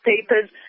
papers